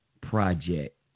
project